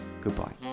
goodbye